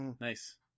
Nice